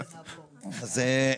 בדיוק.